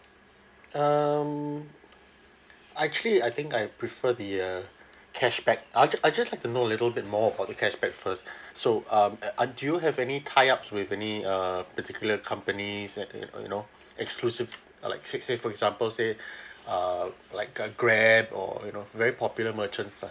um actually I think I prefer the uh cashback I just I just like to know little bit more about the cashback first so um I I do you have any tie up with any uh particular companies like you know exclusive uh like let's say for example say uh like a grab or you know very popular merchants lah